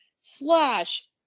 slash